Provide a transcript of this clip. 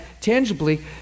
tangibly